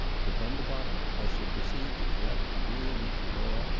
depend upon it, i shall proceed to collect agreeably to law,